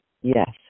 Yes